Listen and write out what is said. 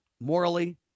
Morally